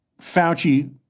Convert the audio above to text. Fauci